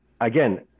Again